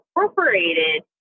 incorporated